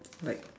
like